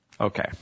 Okay